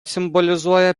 simbolizuoja